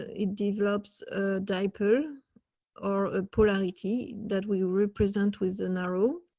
it develops diaper or a polarity that we represent with an arrow.